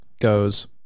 goes